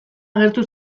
agertu